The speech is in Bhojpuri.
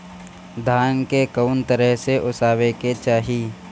धान के कउन तरह से ओसावे के चाही?